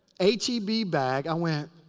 h e b bag. i went,